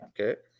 Okay